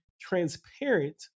transparent